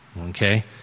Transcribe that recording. okay